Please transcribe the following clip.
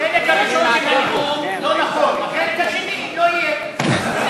החלק הראשון של הנאום לא נכון, החלק השני לא יהיה.